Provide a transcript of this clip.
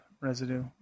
residue